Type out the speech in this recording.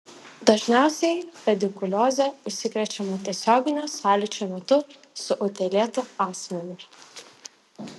dažniausiai pedikulioze užsikrečiama tiesioginio sąlyčio metu su utėlėtu asmeniu